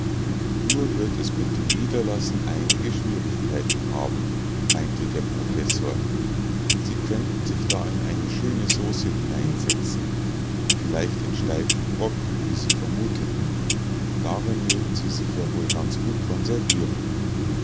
nur wird es mit dem niederlassen einige schwierigkeiten haben meinte der professor sie könnten sich da in eine schöne sauce hineinsetzen vielleicht in steifen grog wie sie vermuteten darin würden sie sich ja wohl ganz gut konservieren